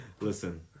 Listen